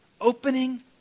opening